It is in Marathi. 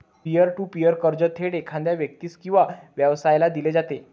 पियर टू पीअर कर्ज थेट एखाद्या व्यक्तीस किंवा व्यवसायाला दिले जाते